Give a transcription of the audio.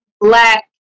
black